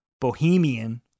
Bohemian